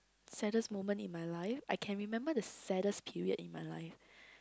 saddest moment in my life I can remember the saddest period in my life